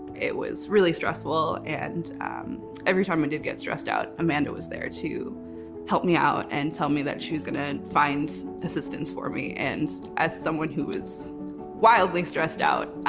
it was really stressful and every time i and did get stressed out, amanda was there to help me out and tell me that she was gonna find assistance for me. and as someone who is wildly stressed out,